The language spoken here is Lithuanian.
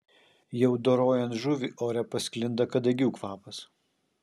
jau dorojant žuvį ore pasklinda kadagių kvapas